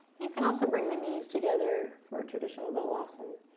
you can also bring the knees together for traditional balasana.